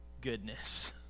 goodness